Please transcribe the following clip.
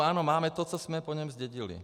Ano, máme to, co jsme po něm zdědili.